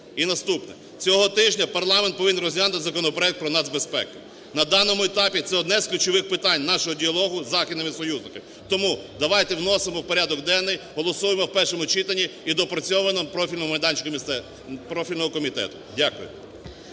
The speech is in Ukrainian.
І наступне. Цього тижня парламент повинен розглянути законопроект про нацбезпеку. На даному етапі це одне з ключових питань нашого діалогу з західними союзниками. Тому давайте вносимо в порядок денний, голосуємо в першому читанні і доопрацьовуємо в профільному… комітеті. Дякую.